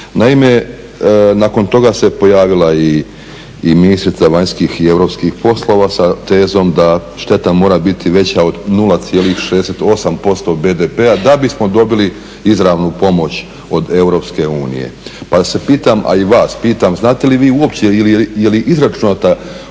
Naime, nakon toga se pojavila i ministrica vanjskih i europskih poslova sa tezom da šteta mora biti veća od 0,68% BDP-a da bismo dobili izravnu pomoć od EU. Pa se pitam, a i vas pitam, znate li vi uopće ili je li izračunata